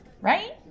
Right